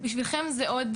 בשבילכם זה עוד